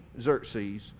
Xerxes